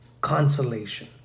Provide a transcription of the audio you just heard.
consolation